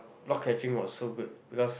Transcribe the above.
block catching was so good because